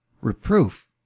Reproof